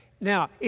Now